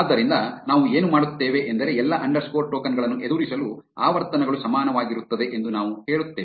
ಆದ್ದರಿಂದ ನಾವು ಏನು ಮಾಡುತ್ತೇವೆ ಎಂದರೆ ಎಲ್ಲಾ ಅಂಡರ್ಸ್ಕೋರ್ ಟೋಕನ್ ಗಳನ್ನು ಎದುರಿಸಲು ಆವರ್ತನಗಳು ಸಮಾನವಾಗಿರುತ್ತದೆ ಎಂದು ನಾವು ಹೇಳುತ್ತೇವೆ